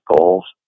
goals